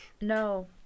no